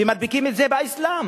ומדביקים את זה לאסלאם.